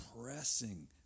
pressing